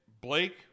Blake